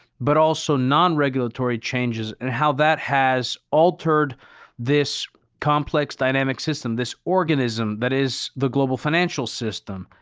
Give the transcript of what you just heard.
but also non-regulatory changes and how that has altered this complex dynamic system. this organism that is the global financial system.